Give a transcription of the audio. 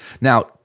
Now